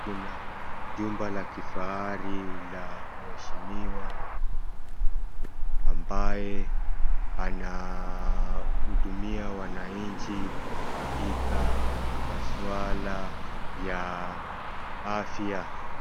Kuna jumba la kifahari la mheshimiwa ambaye anahudumia wananchi katika maswala ya afya.